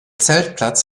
zeltplatz